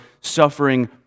suffering